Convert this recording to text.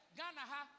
Ghana